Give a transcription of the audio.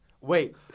Wait